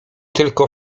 tylko